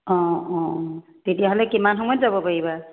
অঁ অঁ তেতিয়াহ'লে কিমান সময়ত যাব পাৰিবা